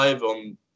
on